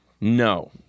No